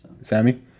Sammy